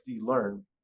Learn